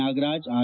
Nagaraj R